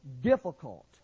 difficult